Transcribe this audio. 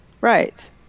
Right